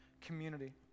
community